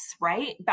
Right